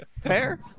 Fair